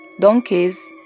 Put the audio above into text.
donkeys